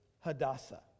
Hadassah